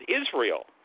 Israel